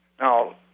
Now